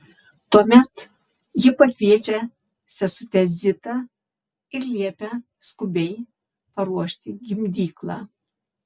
tuomet ji pakviečia sesutę zitą ir liepia skubiai paruošti gimdyklą